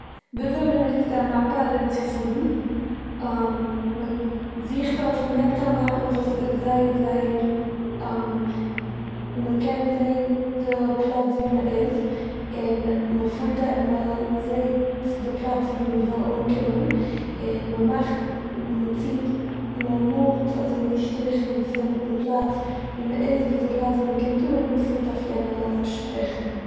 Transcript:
וויזוי מ'נוצט א מאפע ארומצופארן. מ'זוכט אויף- מ'נעמט א מאפע וואס איז זייער זייער מ'קען זעהן די פלאץ וואו מ'איז, און מ'פארט א- מ'זעהט די פלאץ וואו מ'וויל אנקומען און מ'מאכט- מ'ציט- מ'מאלט אזויווי שטריכן פון די פלאץ וואו מ'איז ביז די פלאץ וואו מ'קומט אן און מ'פארט אויף יענע שטריכן.